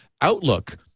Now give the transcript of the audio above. Outlook